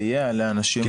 לסייע לאנשים למלא את זה?